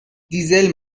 دیزل